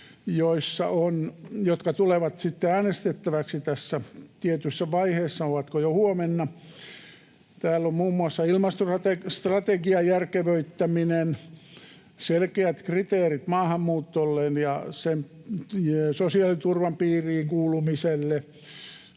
jotka tulevat sitten äänestettäviksi tässä tietyssä vaiheessa, ovatko jo huomenna. Täällä on muun muassa ilmastostrategian järkevöittäminen, selkeät kriteerit maahanmuutolle ja sen sosiaaliturvan piiriin kuulumiselle,